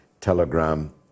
Telegram